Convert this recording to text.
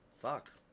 Fuck